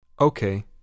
Okay